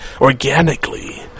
organically